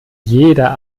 jeder